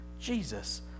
Jesus